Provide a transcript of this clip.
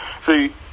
See